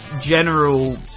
general